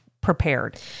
prepared